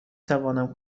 تونم